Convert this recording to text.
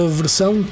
versão